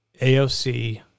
AOC